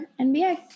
NBA